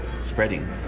spreading